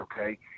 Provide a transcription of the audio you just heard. okay